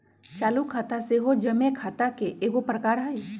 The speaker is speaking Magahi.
चालू खता सेहो जमें खता के एगो प्रकार हइ